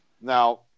Now